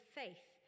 faith